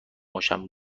باشم